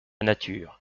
nature